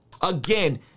Again